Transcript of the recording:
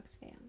fam